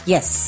Yes